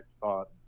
thought